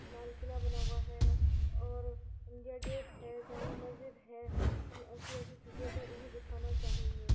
لال قلعہ بنا ہوا ہے اور انڈیا گیٹ ہے جامع مسجد ہے ہم ایسی ایسی چیزوں کو انہیں دکھانا چاہیں گے